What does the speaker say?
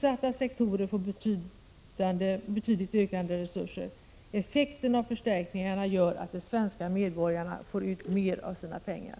Utsatta sektorer får betydligt ökade resurser. Effekterna av förstärkningarna gör att de svenska medborgarna får ut mera av sina pengar.